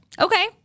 okay